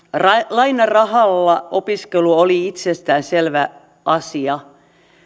lainarahalla opiskelu oli itsestäänselvä asia